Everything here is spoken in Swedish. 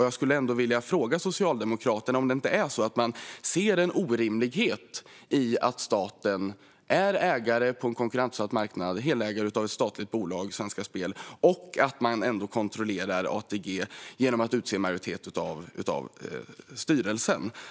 Jag skulle vilja fråga Socialdemokraterna om de inte ser en orimlighet i att staten är ägare på en konkurrensutsatt marknad, att man är helägare av ett statligt bolag, Svenska Spel, och att man kontrollerar ATG genom att utse en majoritet av styrelsen.